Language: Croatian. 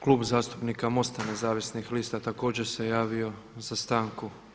Klub zastupnika MOST-a nezavisnih lista također se javio za stanku.